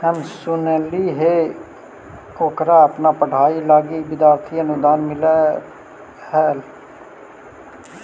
हम सुनलिइ हे ओकरा अपन पढ़ाई लागी विद्यार्थी अनुदान मिल्लई हल